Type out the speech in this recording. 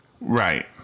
Right